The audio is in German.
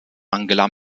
angela